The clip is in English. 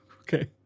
okay